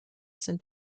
sind